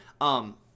Um-